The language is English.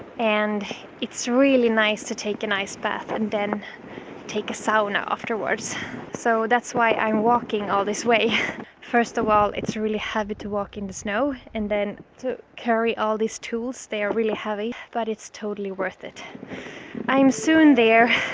and it's really nice to take a nice bath and then take a sound afterwards so that's why i'm walking all this way first of all, it's really happy to walk in the snow and then to carry all these tools they are really heavy but it's totally worth it i'm soon there